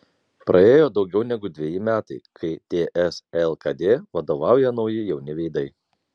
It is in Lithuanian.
praėjo daugiau negu dveji metai kai ts lkd vadovauja nauji jauni veidai